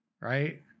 right